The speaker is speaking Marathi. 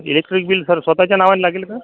इलेक्ट्रिक बिल सर स्वत च्या नावानं लागेल का